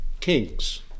kings